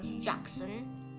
Jackson